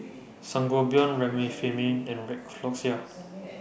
Sangobion Remifemin and Floxia